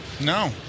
No